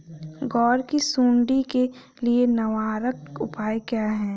ग्वार की सुंडी के लिए निवारक उपाय क्या है?